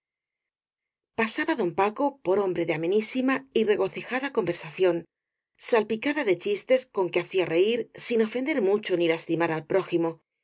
pasaba don paco por hombre de amenísima y regocijada conversación salpicada de chistes con que hacía reir sin ofender mucho ni lastimar al prójimo